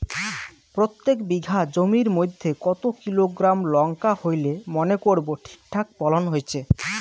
প্রত্যেক বিঘা জমির মইধ্যে কতো কিলোগ্রাম লঙ্কা হইলে মনে করব ঠিকঠাক ফলন হইছে?